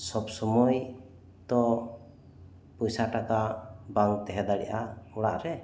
ᱥᱚᱵᱽ ᱥᱩᱢᱟᱹᱭ ᱛᱚ ᱯᱚᱭᱥᱟ ᱴᱟᱠᱟ ᱵᱟᱝ ᱛᱟᱦᱮᱸ ᱫᱟᱲᱮᱜᱼᱟ ᱚᱲᱟᱜ ᱨᱮ